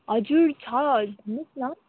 हजुर छ भन्नुहोस् न